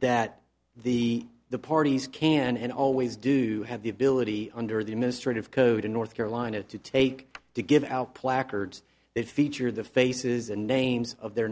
that the the parties can and always do have the ability under the administrative code in north carolina to take to give out placards that feature the faces and names of their